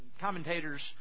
Commentators